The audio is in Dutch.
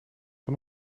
van